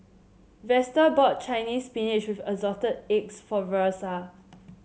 Vester bought Chinese Spinach with Assorted Eggs for Versa